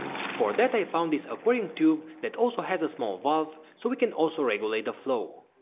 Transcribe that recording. for that i found this aquarium tube that also has a small valve so we can also regulate the flow.